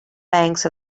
banks